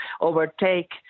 overtake